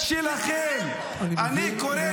אני מבקש תשובה.